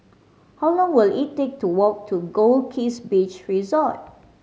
how long will it take to walk to Goldkist Beach Resort